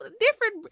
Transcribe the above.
different